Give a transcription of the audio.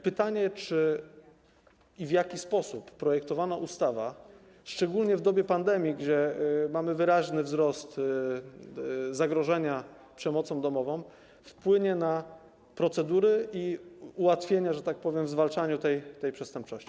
Pytanie: W jaki sposób projektowana ustawa, szczególnie w dobie pandemii, gdzie mamy wyraźny wzrost zagrożenia przemocą domową, wpłynie na procedury i ułatwienia, że tak powiem, w zwalczaniu tej przestępczości?